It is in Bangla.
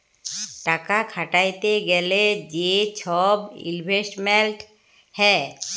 টাকা খাটাইতে গ্যালে যে ছব ইলভেস্টমেল্ট হ্যয়